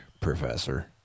Professor